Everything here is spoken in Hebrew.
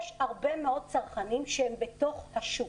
יש הרבה מאוד צרכנים שהם בתוך השוק.